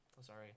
sorry